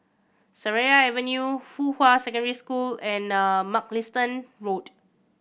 Seraya Avenue Fuhua Secondary School and Mugliston Road